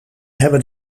hebben